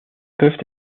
peuvent